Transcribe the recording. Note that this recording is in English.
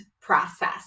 process